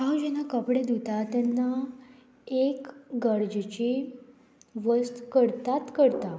हांव जेन्ना कपडे धुतां तेन्ना एक गरजेची वस्त करतात करता